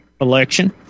election